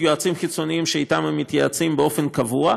יועצים חיצוניים שאתם הם מתייעצים באופן קבוע,